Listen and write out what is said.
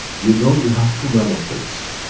you know, you have two nano plates,